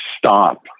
Stop